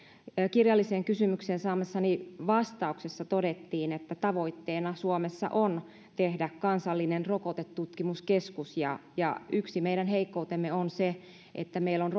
kirjalliseen kysymykseen saamassani vastauksessa todettiin että tavoitteena suomessa on tehdä kansallinen rokotetutkimuskeskus yksi meidän heikkoutemme on se että meillä on